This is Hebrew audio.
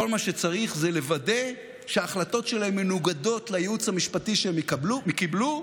כל מה שצריך זה לוודא שההחלטות שלהם מנוגדות לייעוץ המשפטי שהם קיבלו,